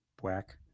Whack